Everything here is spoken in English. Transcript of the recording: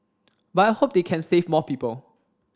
but I hope they can save more people